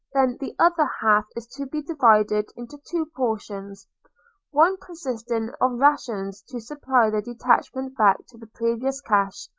then, the other half is to be divided into two portions one consisting of rations to supply the detachment back to the previous cache,